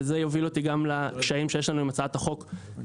וזה יוביל אותי גם לקשיים שיש לנו גם עם הצעת החוק גופה.